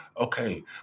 Okay